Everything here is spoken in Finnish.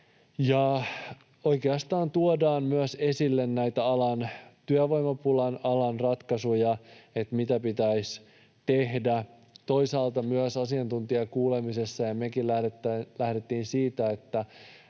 Oikeastaan tuodaan myös esille näitä alan työvoimapulan ratkaisuja, sitä, mitä pitäisi tehdä. Toisaalta myös tuli asiantuntijakuulemisessa esiin, ja mekin lähdettiin siitä, että